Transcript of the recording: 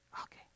Okay